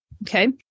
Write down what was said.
Okay